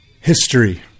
history